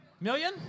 Million